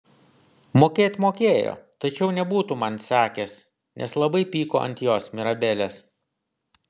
mokėt mokėjo tačiau nebūtų man sekęs nes labai pyko ant jos mirabelės